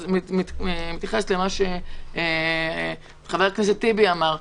אני מתייחסת למה שחבר הכנסת טיבי אמר.